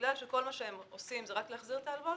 בגלל שכל מה שהם עושים זה רק להחזיר את ההלוואות,